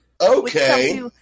Okay